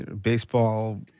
baseball